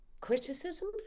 criticism